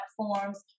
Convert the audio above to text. platforms